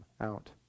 out